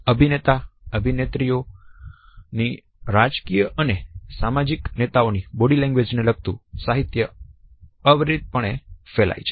અભિનેતા અભિનેત્રીઓની રાજકીય અને સામાજિક નેતાઓની બોડી લેંગ્વેજ ને લગતું સાહિત્ય અવિરતપણે ફેલાય છે